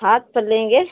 हाथ पर लेंगे